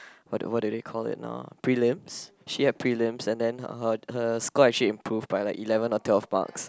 what do what do they call they it now prelims she had prelims and then her her her score actually improve by like eleven or twelve marks